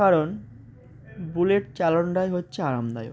কারণ বুলেট চালানটাই হচ্ছে আরামদায়ক